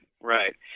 Right